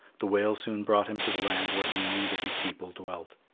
the whale soon brought him to the land where he knew that his people dwelt.